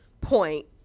point